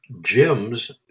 Jim's